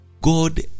God